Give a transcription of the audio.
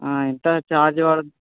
ఎంత ఛార్జ్ పడు